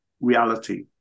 reality